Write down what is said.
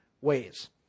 ways